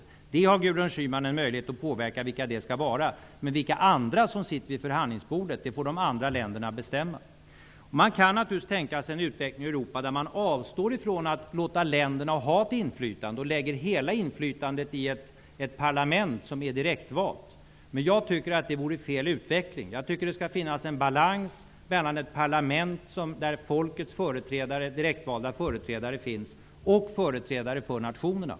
Vilka de skall vara har Gudrun Schyman en möjlighet att påverka, men vilka andra som skall sitta vid förhandlingsbordet får de andra länderna bestämma. Man kan naturligtvis tänka sig en utveckling i Europa där man avstår från att låta länderna ha ett inflytande och lägger hela besslutanderätten i ett parlament som är direktvalt. Jag tycker att det vore en felaktig utveckling. Jag tycker att det skall finnas en balans mellan ett parlament, där folkets direktvalda företrädare finns, och företrädare för nationerna.